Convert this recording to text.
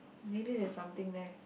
maybe there's something there